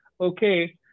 okay